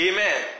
Amen